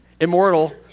Immortal